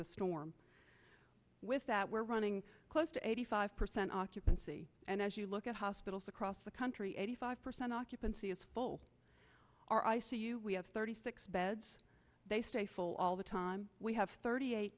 the storm with that we're running close to eighty five percent occupancy and as you look at hospitals across the country eighty five percent occupancy is full our i c u we have thirty six beds they stay full all the time we have thirty eight